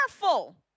careful